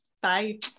Bye